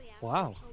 Wow